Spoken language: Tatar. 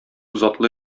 затлы